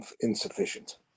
insufficient